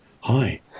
Hi